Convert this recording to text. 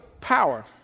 power